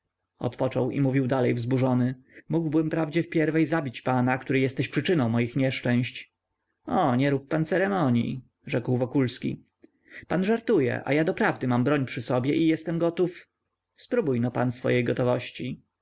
odpoczął i mówił dalej wzburzony mógłbym wprawdzie pierwej zabić pana który jesteś przyczyną moich nieszczęść o nie rób pan ceremonii rzekł wokulski pan żartuje a ja doprawdy mam broń przy sobie i jestem gotów sprobójno pan swojej gotowości